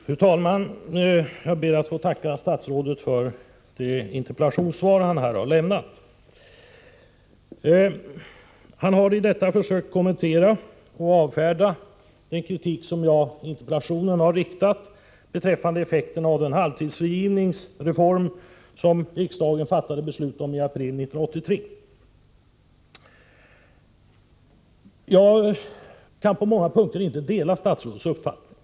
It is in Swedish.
Fru talman! Jag ber att få tacka statsrådet för det interpellationssvar han har lämnat. Han har i detta försökt kommentera och avfärda den kritik som jag i interpellationen har riktat beträffande effekterna av den halvtidsfrigivningsreform som riksdagen fattade beslut om i april 1983. Jag kan på många punkter inte dela statsrådets uppfattning.